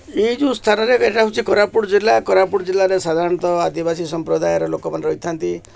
ଏଇ ଯୋଉ ସ୍ଥାନରେ ଏଇଟା ହେଉଛି କୋରାପୁଟ ଜିଲ୍ଲା କୋରାପୁଟ ଜିଲ୍ଲାରେ ସାଧାରଣତଃ ଆଦିବାସୀ ସମ୍ପ୍ରଦାୟର ଲୋକମାନେ ରହିଥାନ୍ତି